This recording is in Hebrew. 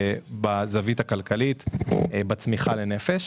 מודדים את הרמה הזאת בצמיחה לנפש,